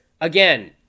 again